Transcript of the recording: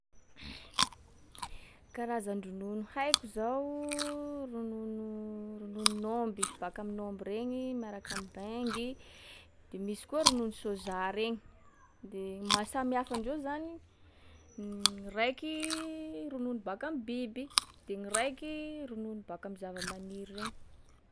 Karazan-dronono haiko zao: ronono- ronon’ômby baka amin’omby regny miaraka am'bengy, de misy koa ronono soja regny. De mahasamy hafa andreo zany i, n- gny raiky ronono baka am'biby, de gny raiky ronono baka am'zava-maniry regny.